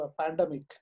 pandemic